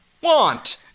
want